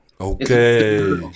Okay